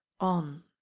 on